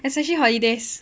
especially holidays